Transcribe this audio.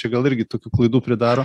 čia gal irgi tokių klaidų pridaro